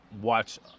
watch